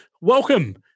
welcome